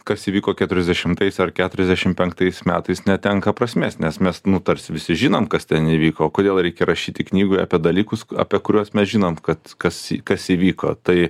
kas įvyko keturiasdešimtais ar keturiasdešimt penktais metais netenka prasmės nes mes nu tarsi visi žinom kas ten įvyko kodėl reikia rašyti knygoj apie dalykus apie kuriuos mes žinom kad kas kas įvyko tai